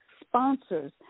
sponsors